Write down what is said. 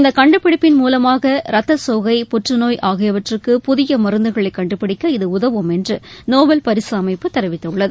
இந்த கண்டுபிடிப்பின் மூலமாக ரத்த சோகை புற்றுநோய் ஆகியவற்றுக்கு புதிய மருந்துகளை கண்டுபிடிக்க இது உதவும் என்று நோபல் பரிசு அமைப்பு தெரிவித்துள்ளது